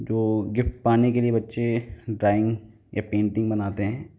जो गिफ्ट पाने के लिए बच्चे ड्राइंग या पेंटिंग बनाते हैं